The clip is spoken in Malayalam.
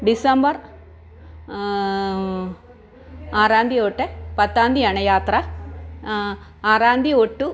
ഡിസംബർ ആറാന്തി തൊട്ട് പത്താന്തിയാണ് യാത്ര ആറാന്തി തൊട്ട്